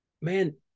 man